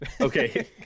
Okay